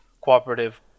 cooperative